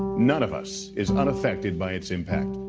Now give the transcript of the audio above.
none of us is unaffected by its impact.